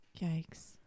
Yikes